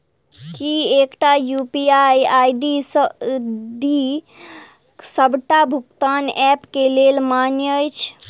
की एकटा UPI ID D सबटा भुगतान ऐप केँ लेल मान्य अछि?